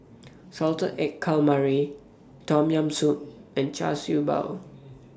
Salted Egg Calamari Tom Yam Soup and Char Siew Bao